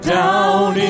down